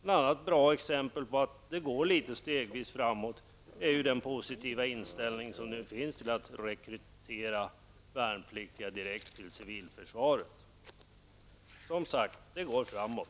Ett exempel på att det går stegvis framåt är alltså den positiva inställning som nu finns när det gäller att rekrytera värnpliktiga direkt till civilförsvaret. Som sagt: Det går framåt.